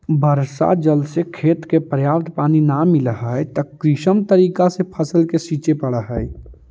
वर्षा जल से खेत के पर्याप्त पानी न मिलऽ हइ, त कृत्रिम तरीका से फसल के सींचे पड़ऽ हइ